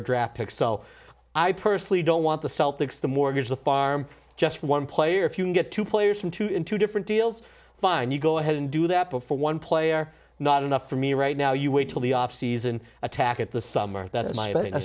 a draft pick so i personally don't want the celtics to mortgage the farm just for one player if you can get two players from two in two different deals fine you go ahead and do that before one play are not enough for me right now you wait till the off season attack at the summer that